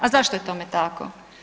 A zašto je tome tako?